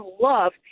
love